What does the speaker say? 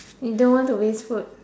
you don't want to waste food